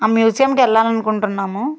ఆ మ్యూజియంకు వెళ్ళాలి అనుకుంటున్నాము